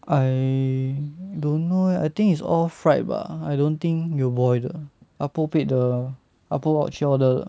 I don't know eh I think it's all fried 吧 I don't think 有 boil 的 ah bo paid the ah bo 去 order 的